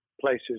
places